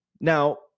Now